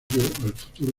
futuro